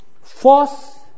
force